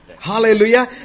Hallelujah